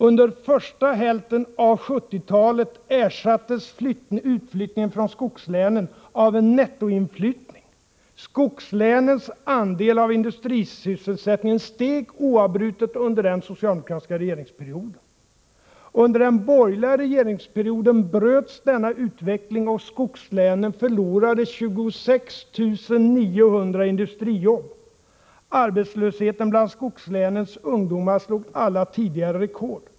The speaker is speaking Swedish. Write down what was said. Under första hälften av 1970-talet ersattes utflyttningen från skogslänen av en nettoinflyttning. Skogslänens andel av industrisysselsättningen steg oavbrutet under den socialdemokratiska regeringsperioden. Under den borgerliga regeringsperioden bröts denna utveckling. Skogslänen förlorade 26 900 industrijobb. Arbetslösheten bland skogslänens ungdomar slog alla tidigare rekord.